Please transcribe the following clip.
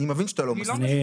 אני מבין שאתה לא מסכים.